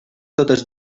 totes